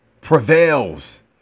prevails